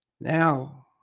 Now